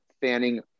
fanning